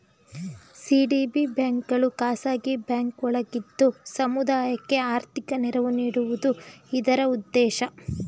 CDB ಬ್ಯಾಂಕ್ಗಳು ಖಾಸಗಿ bank ಒಳಗಿದ್ದು ಸಮುದಾಯಕ್ಕೆ ಆರ್ಥಿಕ ನೆರವು ನೀಡುವುದು ಇದರ ಉದ್ದೇಶ